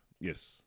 Yes